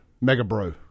mega-bro